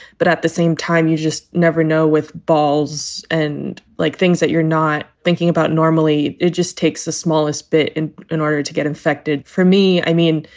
but at the same time, you just never know with balls and like things that you're not thinking about. normally, it just takes the smallest bit in in order to get infected. for me. i mean,